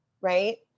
right